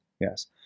Yes